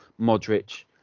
Modric